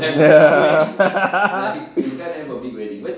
ya ya ya ya